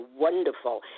wonderful